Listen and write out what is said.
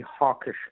hawkish